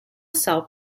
cell